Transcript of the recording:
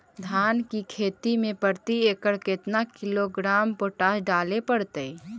धान की खेती में प्रति एकड़ केतना किलोग्राम पोटास डाले पड़तई?